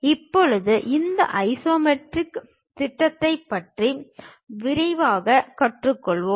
இப்போது இந்த ஐசோமெட்ரிக் திட்டத்தைப் பற்றி விரிவாகக் கற்றுக்கொள்வோம்